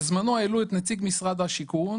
בזמנו העלו את נציג משרד השיכון,